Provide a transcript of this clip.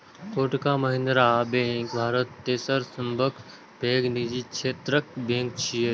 Kotak Mahindra bank Bharat तेसर सबसं पैघ निजी क्षेत्रक बैंक छियै